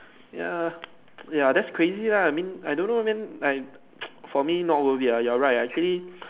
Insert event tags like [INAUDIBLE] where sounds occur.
ya ya that's crazy lah I mean I don't know man I [NOISE] for me not worthy ya you are right actually